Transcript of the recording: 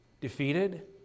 defeated